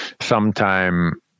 sometime